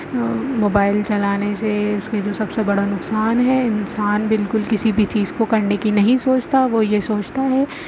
mobile چلانے سے اس کے جو سب سے بڑا نقصان ہے انسان بالکل کسی بھی چیز کو کرنے کی نہیں سوچتا وہ یہ سوچتا ہے